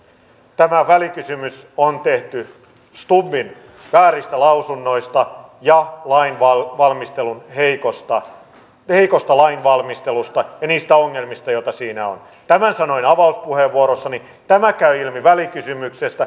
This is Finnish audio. epävarmaksi käyneessä maailmassa on osoittautunut ainakin suomen puolustusratkaisu joka perustuu yleiseen asevelvollisuuteen ja niin edelleen kestäväksi ja viisaaksi eikä ole mitään syytä sitä ryhtyä miettimään joksikin toiseksi